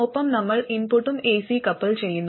ഒപ്പം നമ്മൾ ഇൻപുട്ടും എസി കപ്പിൾ ചെയ്യുന്നു